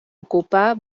ocupar